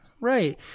Right